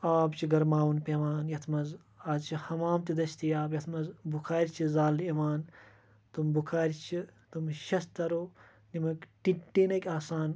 آب چھُ گَرماوُن پیٚوان یَتھ منٛز آز چھِ حَمام تہِ دٔستِیاب یَتھ منٛز بُخارِ چھِ زالنہٕ یِوان تِم بُخارِ چھِ تِم شِسترو یِیٚمِکۍ ٹِیٖنٕکۍ آسان